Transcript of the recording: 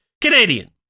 Canadian